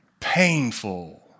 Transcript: Painful